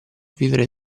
vivere